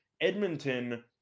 Edmonton